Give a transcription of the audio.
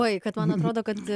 oi kad man atrodo kad